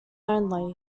only